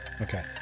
Okay